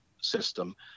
system